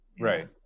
right